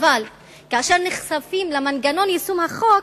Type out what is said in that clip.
אבל כשנחשפים למנגנון יישום החוק,